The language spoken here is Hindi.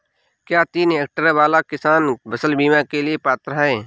क्या तीन हेक्टेयर वाला किसान फसल बीमा के लिए पात्र हैं?